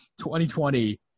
2020